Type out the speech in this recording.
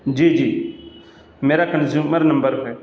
جی جی میرا consumer number ہے